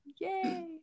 Yay